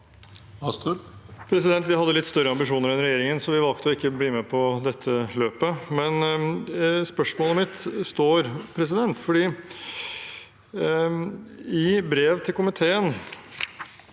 Vi hadde litt større ambisjoner enn regjeringen, så vi valgte å ikke bli med på dette løpet. Spørsmålet mitt står, fordi i et brev til komiteen